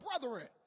brethren